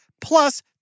plus